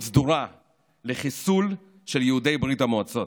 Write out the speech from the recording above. סדורה לחיסול של יהודי ברית המועצות.